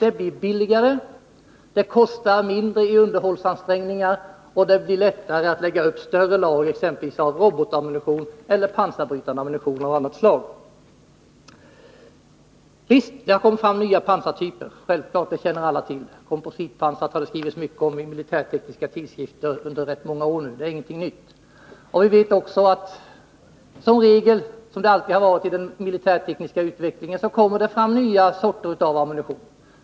Det blir dessutom billigare, det kostar mindre i underhållsansträngningar och det blir lättare att lägga upp större lager av exempelvis robotammunition eller pansarbrytande ammunition av annat slag. Visst, det har kommit fram nya pansartyper — det känner alla till. Kompositpansar har det skrivits mycket om i militärtekniska tidskrifter under rätt många år nu, så det är egentligen ingenting nytt. Vi vet också att det genom den militärtekniska utvecklingen kommer fram nya sorter av ammunition.